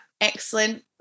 excellent